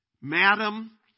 Madam